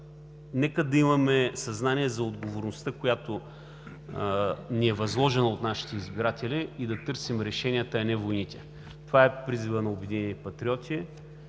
нека да имаме съзнание за отговорността, която ни е възложена от нашите избиратели, и да търсим решенията, а не войните. Това е призивът на „Обединени патриоти“